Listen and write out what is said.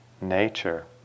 nature